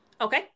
okay